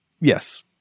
Yes